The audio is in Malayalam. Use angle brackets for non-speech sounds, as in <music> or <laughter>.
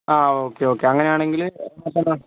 ആ ഓക്കേ ഓക്കേ അങ്ങനെയാണെങ്കിൽ <unintelligible>